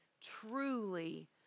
truly